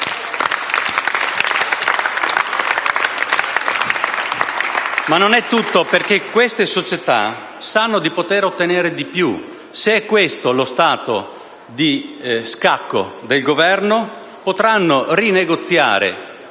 Ma non è tutto, perché queste società sanno di poter ottenere di più. Se questo è lo stato di scacco del Governo potranno rinegoziare